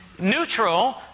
neutral